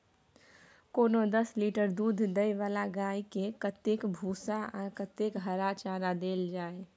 कोनो दस लीटर दूध दै वाला गाय के कतेक भूसा आ कतेक हरा चारा देल जाय?